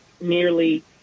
nearly